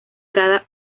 cada